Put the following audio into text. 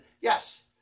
yes